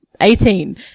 Eighteen